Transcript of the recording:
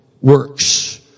works